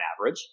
average